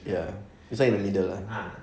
ya inside the middle ah